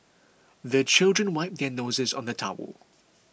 the children wipe their noses on the towel